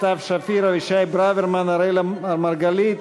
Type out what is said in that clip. סתיו שפיר, אבישי ברוורמן, אראל מרגלית,